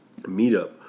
meetup